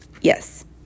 Yes